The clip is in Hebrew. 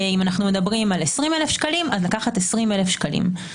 אם אנו מדברים על 20,000 שקלים לקחת 20,000 שקלים.